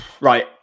Right